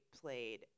played